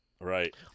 right